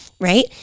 right